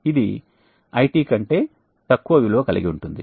ఇది IT కంటే తక్కువ విలువ కలిగి ఉంటుంది